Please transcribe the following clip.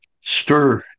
Stir